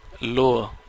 lower